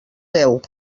deu